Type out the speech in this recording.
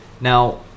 Now